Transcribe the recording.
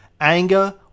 anger